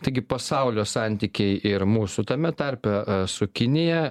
taigi pasaulio santykiai ir mūsų tame tarpe su kinija